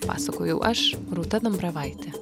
pasakojau aš rūta dambravaitė